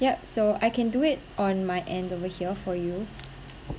yup so I can do it on my end over here for you